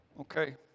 Okay